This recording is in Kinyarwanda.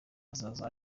azaza